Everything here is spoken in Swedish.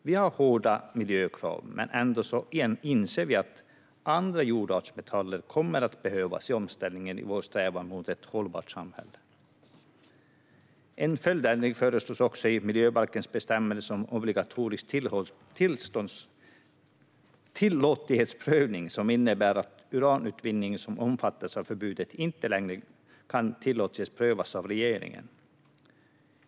Vi har hårda miljökrav men inser ändå att andra jordartsmetaller kommer att behövas i omställningen i vår strävan mot ett hållbart samhälle. En följdändring föreslås också i miljöbalkens bestämmelse om obligatorisk tillåtlighetsprövning som innebär att uranutvinning som omfattas av förbudet inte längre kan tillåtlighetsprövas av regeringen.